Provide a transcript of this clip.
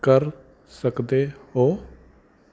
ਕਰ ਸਕਦੇ ਹੋ